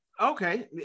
Okay